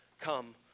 come